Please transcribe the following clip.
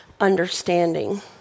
understanding